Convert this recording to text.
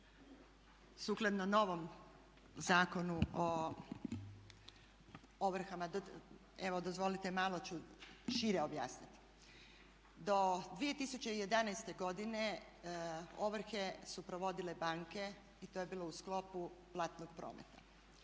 sukladno novom Zakonu o ovrhama, evo dozvolite malo ću šire objasniti. Do 2011. godine ovrhe su provodile banke i to je bilo u sklopu platnog prometa.